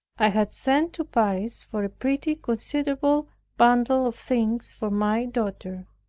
i had sent to paris for a pretty considerable bundle of things for my daughter.